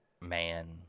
man